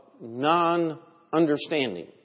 non-understanding